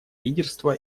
лидерство